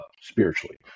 spiritually